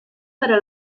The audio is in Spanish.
para